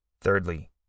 Thirdly